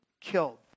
killed